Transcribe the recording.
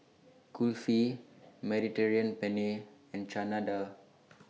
Kulfi Mediterranean Penne and Chana Dal